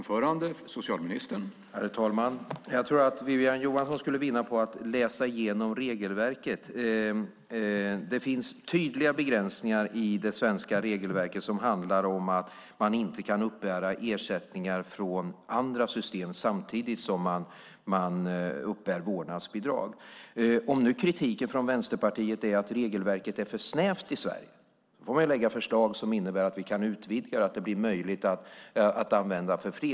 Herr talman! Jag tror att Wiwi-Anne Johansson skulle vinna på att läsa igenom regelverket. Det finns tydliga begräsningar i det svenska regelverket som handlar om att man inte kan uppbära ersättningar från andra system samtidigt som man uppbär vårdnadsbidrag. Om kritiken från Vänsterpartiet är att regelverket är för snävt i Sverige får man lägga fram förslag som innebär att vi kan utvidga och göra det möjligt för fler att använda vårdnadsbidraget.